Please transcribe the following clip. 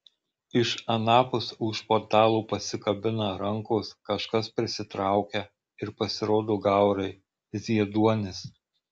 iš anapus už portalo pasikabina rankos kažkas prisitraukia ir pasirodo gaurai zieduonis